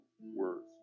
words